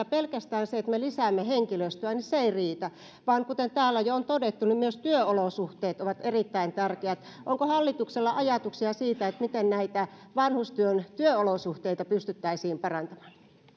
pelkästään se että me lisäämme henkilöstöä ei riitä vaan kuten täällä on jo todettu myös työolosuhteet ovat erittäin tärkeät haluaisin edelleenkin kysyä onko hallituksella ajatuksia siitä miten näitä vanhustyön työolosuhteita pystyttäisiin parantamaan